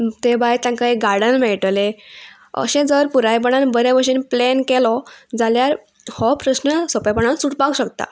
ते भायर तांकां एक गार्डन मेळटलें अशें जर पुरायपणान बऱ्या भशेन प्लेन केलो जाल्यार हो प्रस्न सोंपेंपणान सुटपाक शकता